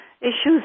issues